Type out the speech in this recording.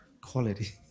quality